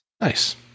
Nice